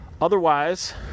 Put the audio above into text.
Otherwise